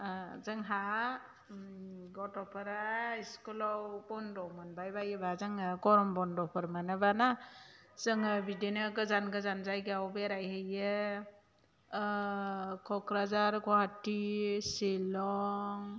जोंहा गथ'फोरा इस्कुलाव बन्द' मोनबाय बायोबा जोङो गरम बन्द'फोर मोनोबाना जोङो बिदिनो गोजान गोजान जायगायाव बेरायहैयो क'क्राझार गुवाहाटि शिलं